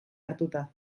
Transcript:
hartuta